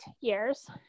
years